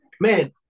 Man